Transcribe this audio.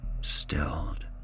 stilled